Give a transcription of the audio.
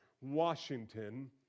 Washington